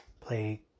play